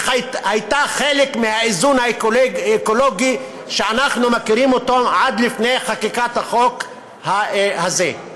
היא הייתה חלק מהאיזון האקולוגי שאנחנו מכירים עד לפני חקיקת החוק הזה.